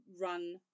run